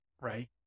right